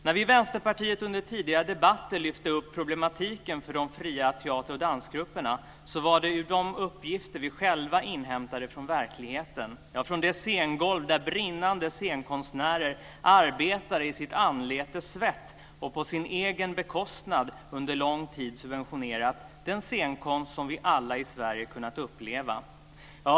När vi i Vänsterpartiet under tidigare debatter lyfte fram problematiken för de fria teater och dansgrupperna var det ur de uppgifter vi själva inhämtade från verkligheten, från de scengolv där brinnande scenkonstnärer arbetar i sitt anletes svett och på sin egen bekostnad. Under lång tid har de subventionerat den scenkonst som vi alla i Sverige har kunnat uppleva.